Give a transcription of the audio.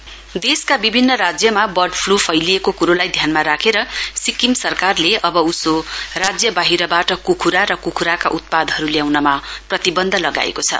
poultry ban देशका बिभिन्न राज्यमा बर्ड फ्लू फैलिएको क्रोलाई ध्यानमा राखेर सिक्किम सर कारले अब उसो राज्य वाहिरबाट क्ख्रा र क्ख्राका उत्पादहरू ल्याउनमा प्रतिबन्ध लगाएको छ